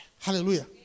Hallelujah